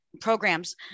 programs